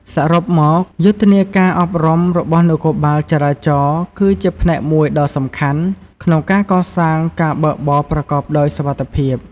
សរុបមក យុទ្ធនាការអប់រំរបស់នគរបាលចរាចរណ៍គឺជាផ្នែកមួយដ៏សំខាន់ក្នុងការកសាងការបើកបរប្រកបដោយសុវត្ថិភាព។